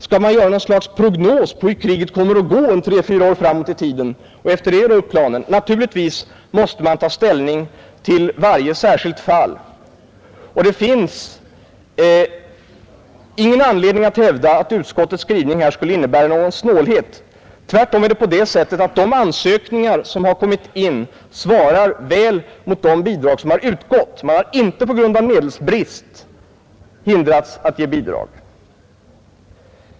Skall man göra något slags prognos på hur kriget kommer att gå tre fyra år framåt i tiden och efter det göra upp planen? Naturligtvis måste man ta ställning till varje särskilt fall, och det finns ingen anledning att hävda att utskottets skrivning här skulle innebära någon snålhet. Tvärtom är det så att de ansökningar som har kommit in svarar väl mot de bidrag som utgått. Man har inte på grund av medelsbrist hindrats att ge bidrag.